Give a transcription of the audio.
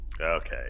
Okay